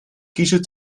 kiezen